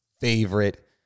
favorite